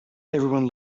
everyone